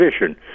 vision